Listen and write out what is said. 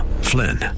Flynn